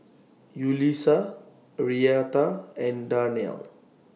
Yulisa Arietta and Darnell